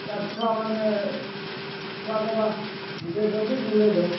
ତା'ର ଛୁଆମାନେ ଛୁଆ ଦବା ଗୁଟେ ଦଉ କି ଯୁଡ଼େ ଦଉ